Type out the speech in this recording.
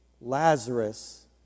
Lazarus